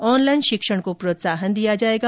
online शिक्षण को प्रोत्साहन दिया जाएगा